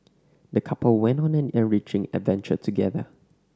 the couple went on an enriching adventure together